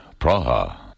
Praha